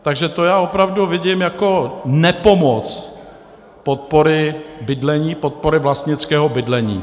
Takže to já opravdu vidím jako nepomoc podpory bydlení, podpory vlastnického bydlení.